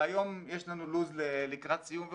והיום יש לנו לו"ז לקראת סיום וכו'.